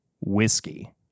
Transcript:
whiskey